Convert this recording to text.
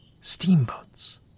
Steamboats